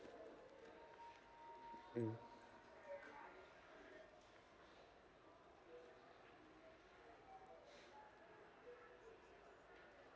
mm